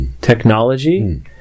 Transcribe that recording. Technology